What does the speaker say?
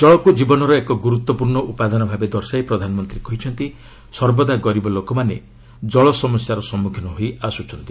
ଜଳକୁ ଜୀବନର ଏକ ଗୁରୁତ୍ୱପୂର୍ଷ ଉପାଦାନ ଭାବେ ଦର୍ଶାଇ ପ୍ରଧାନମନ୍ତ୍ରୀ କହିଛନ୍ତି ସର୍ବଦା ଗରିବ ଲୋକମାନେ ଜଳ ସମସ୍ୟାର ସମ୍ମୁଖୀନ ହୋଇ ଆସୁଛନ୍ତି